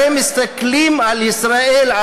הרי מסתכלים על ישראל,